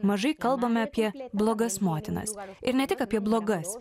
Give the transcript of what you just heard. mažai kalbame apie blogas motinas ir ne tik apie blogas